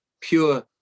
pure